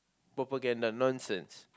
propaganda nonsense